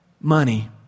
money